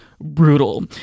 Brutal